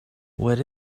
what